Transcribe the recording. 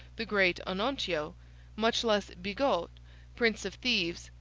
the great onontio much less bigot, prince of thieves,